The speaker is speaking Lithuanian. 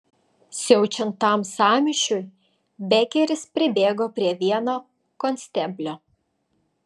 siaučiant tam sąmyšiui bekeris pribėgo prie vieno konsteblio